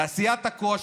תעשיית הכושר,